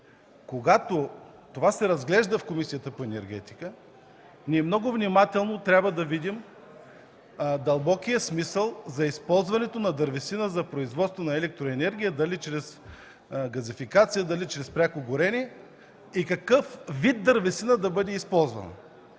когато това се разглежда в Комисията по енергетика, ние много внимателно трябва да видим дълбокия смисъл за използването на дървесина за производство на електроенергия – дали чрез газификация, дали чрез пряко горене – и какъв вид дървесина да бъде използвана.